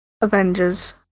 Avengers